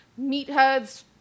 meatheads